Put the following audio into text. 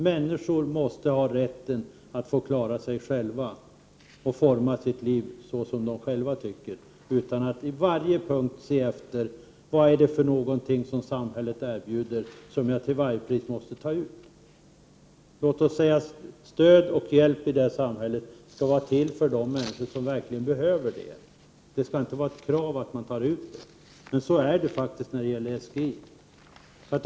Människor måste ha rätten att klara sig själva och forma sina liv på det sätt de själva vill, utan att på varje punkt ta reda på vad samhället kan erbjuda och som till varje pris måste tas ut. Det stöd och den hjälp som samhället ger skall vara till för de människor som verkligen behöver stöd och hjälp. Det skall inte vara ett krav att man tar ut det stödet. Men så är det faktiskt när det gäller SGI.